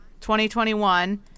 2021